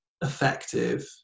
effective